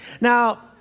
Now